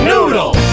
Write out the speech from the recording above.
Noodle